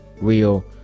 real